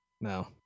no